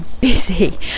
busy